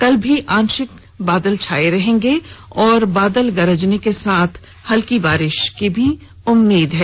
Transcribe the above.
कल भी आंशिक बादल छाये रहेंगे और मेघ गर्जन के साथ हल्की बारिश की उम्मीद है